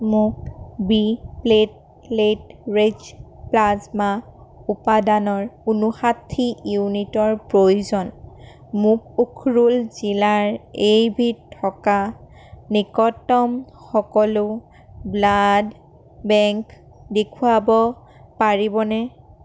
মোক B platelet rich plasma উপাদানৰ ঊনোষাঠি ইউনিটৰ প্ৰয়োজন মোক উখৰুল জিলাৰ এইবিধ থকা নিকটতম সকলো ব্লাড বেংক দেখুৱাব পাৰিবনে